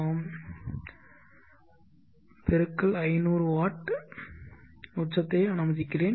ஆம் x 500 watt உச்சத்தை அனுமதிக்கிறேன்